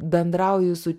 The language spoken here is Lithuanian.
bendrauji su